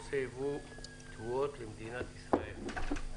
הנושא הוא יבוא תבואות למדינת ישראל.